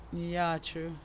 ya true